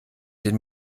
den